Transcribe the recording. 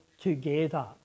together